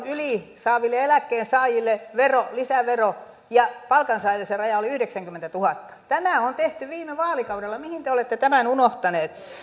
yli neljäkymmentäviisituhatta euroa saaville eläkkeensaajille lisävero ja palkansaajilla se raja oli yhdeksänkymmentätuhatta tämä on tehty viime vaalikaudella mihin te olette tämän unohtaneet